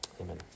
Amen